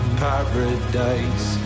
paradise